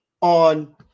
on